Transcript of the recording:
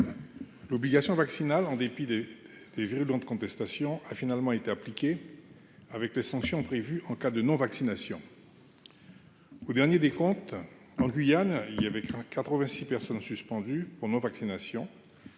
l'obligation vaccinale en dépit des des virulente contestation a finalement été appliqué avec les sanctions prévues en cas de non-vaccination au dernier décompte en Guyane, il y avait craint quatre-vingt-six personnes suspendue pour non-vaccination,